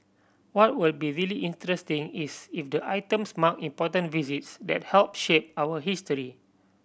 what will be really interesting is if the items mark important visits that help shape our history